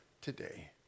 today